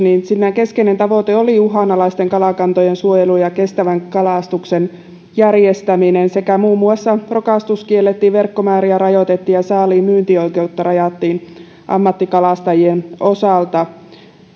uudistuksessa keskeinen tavoite oli uhanalaisten kalakantojen suojelu ja kestävän kalastuksen järjestäminen muun muassa rokastus kiellettiin verkkomääriä rajoitettiin ja saaliin myyntioikeutta rajattiin ammattikalastajien osalta